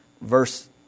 verse